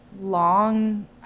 Long